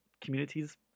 communities